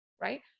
right